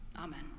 Amen